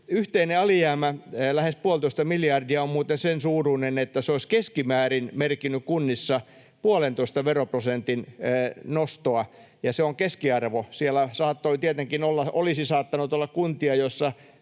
yhteinen alijäämä, lähes puolitoista miljardia, on muuten sen suuruinen, että se olisi keskimäärin merkinnyt kunnissa puolentoista veroprosentin nostoa, ja se on keskiarvo. Siellä tietenkin olisi saattanut olla kuntia,